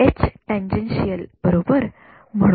विद्यार्थीः संदर्भः वेळः १४१३